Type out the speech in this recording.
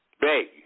Big